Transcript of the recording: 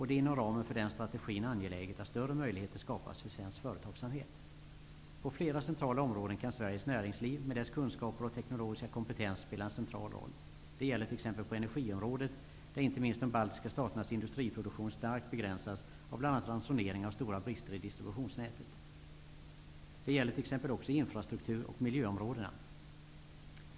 Det är inom ramen för den strategin angeläget att större möjligheter skapas för svensk företagsamhet. På flera centrala områden kan Sveriges näringsliv, med dess kunskaper och teknologiska kompetens, spela en central roll. Det gäller t.ex. på energiområdet, där inte minst de baltiska staternas industriproduktion starkt begränsas av bl.a. ransoneringar och stora brister i distributionsnätet. Det gäller t.ex. också infrastruktur och miljöområdena.